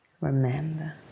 remember